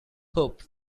hope